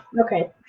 Okay